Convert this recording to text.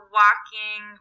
walking